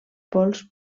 pols